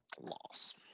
Loss